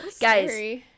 Guys